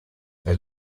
they